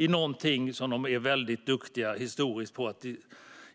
Idrotten är historiskt sett väldigt duktig på att